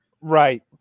Right